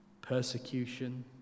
persecution